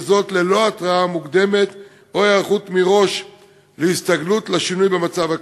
וזאת ללא התראה מוקדמת או היערכות מראש לשם הסתגלות לשינוי במצב.